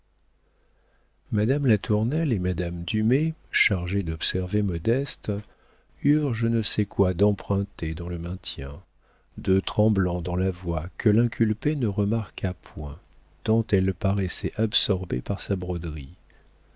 caractère madame latournelle et madame dumay chargées d'observer modeste eurent je ne sais quoi d'emprunté dans le maintien de tremblant dans la voix que l'inculpée ne remarqua point tant elle paraissait absorbée par sa broderie